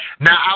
now